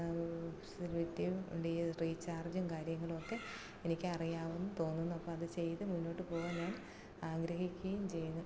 ഫെസിലിറ്റിയും റീ റീചാർജും കാര്യങ്ങളും ഒക്കെ എനിക്കറിയാവുന്നു തോന്നുന്നു അപ്പം അതു ചെയ്തത് മുന്നോട്ടു പോകാൻ ഞാൻ ആഗ്രഹിക്കുകയും ചെയ്യുന്നു